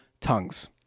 Tongues